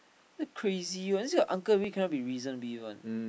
crazy one this kind of uncle really cannot be reasoned with one